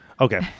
Okay